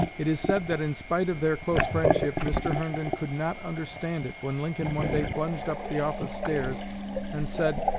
it is said that in spite of their close friendship mr. herndon could not understand it when lincoln one day plunged up the office stairs and said,